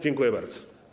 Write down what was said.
Dziękuję bardzo.